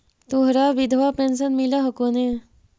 तोहरा विधवा पेन्शन मिलहको ने?